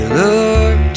look